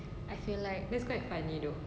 I feel like